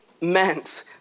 meant